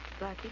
Blackie